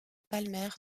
palmer